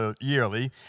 yearly